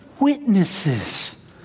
witnesses